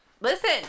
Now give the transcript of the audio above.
Listen